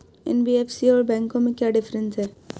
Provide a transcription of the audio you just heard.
NBFC और बैंकों में क्या डिफरेंस है?